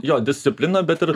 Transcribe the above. jo discipliną bet ir